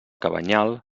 cabanyal